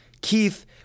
Keith